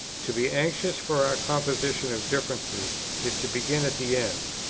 to be anxious for a composition of differences is to begin at the end.